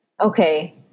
Okay